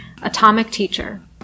AtomicTeacher